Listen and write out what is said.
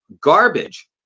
garbage